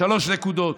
שלוש נקודות.